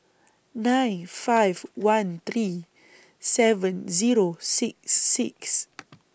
nine five one three seven Zero six six